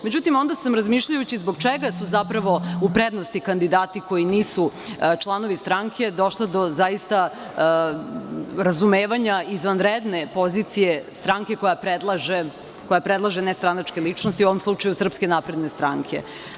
Međutim, onda sam razmišljajući zbog čega su zapravo u prednosti kandidati koji nisu članovi stranke došla do zaista razumevanja izvanredne pozicije stranke koja predlaže nestranačke ličnosti, a u ovom slučaju SNS.